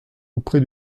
auprès